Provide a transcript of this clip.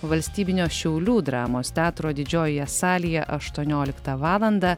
valstybinio šiaulių dramos teatro didžiojoje salėje aštuonioliktą valandą